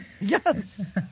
Yes